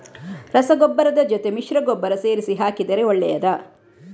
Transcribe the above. ರಸಗೊಬ್ಬರದ ಜೊತೆ ಮಿಶ್ರ ಗೊಬ್ಬರ ಸೇರಿಸಿ ಹಾಕಿದರೆ ಒಳ್ಳೆಯದಾ?